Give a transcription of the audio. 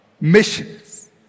missions